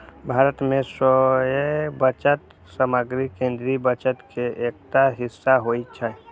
भारत मे सैन्य बजट समग्र केंद्रीय बजट के एकटा हिस्सा होइ छै